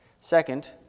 Second